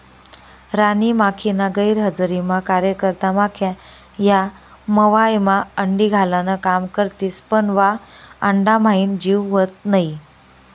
राणी माखीना गैरहजरीमा कार्यकर्ता माख्या या मव्हायमा अंडी घालान काम करथिस पन वा अंडाम्हाईन जीव व्हत नै